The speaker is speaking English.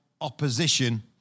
opposition